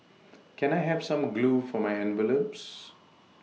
can I have some glue for my envelopes